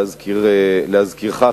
להזכירך,